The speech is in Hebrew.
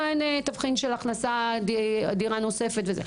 אין תבחין של הכנסה מדירה נוספת וכו'.